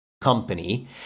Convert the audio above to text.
company